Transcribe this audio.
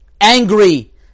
angry